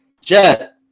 jet